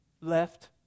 left